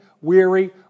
weary